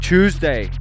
Tuesday